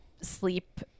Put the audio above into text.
sleep